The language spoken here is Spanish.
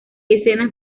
escenas